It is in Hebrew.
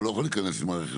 הוא לא יכול להיכנס עם הרכב.